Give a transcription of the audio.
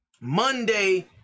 Monday